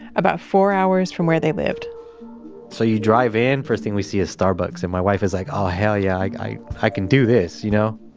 about four hours from where they lived so you drive in. first thing we see is starbucks, and my wife is like oh hell yeah, i i can do this. you know